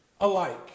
alike